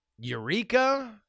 Eureka